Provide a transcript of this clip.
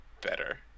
better